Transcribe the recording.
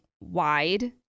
wide